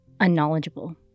unknowledgeable